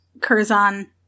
Curzon